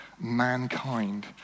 mankind